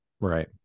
right